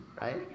right